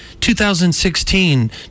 2016